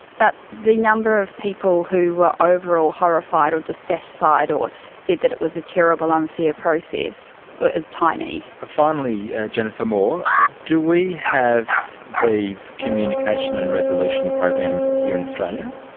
but the number of people who were overall horrified or dissatisfied or said that it was a terrible um unfair process is tiny. finally, jennifer moore, do we have these communication and resolution programs here in australia?